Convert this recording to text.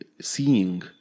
seeing